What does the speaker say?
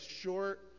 short